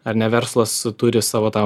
ar ne verslas turi savo tą